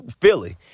Philly